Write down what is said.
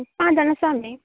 पांच जाण आसा आमी